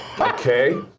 Okay